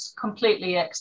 completely